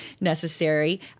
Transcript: necessary